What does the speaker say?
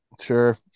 Sure